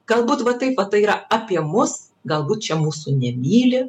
galbūt va tai vat tai yra apie mus galbūt čia mūsų nemyli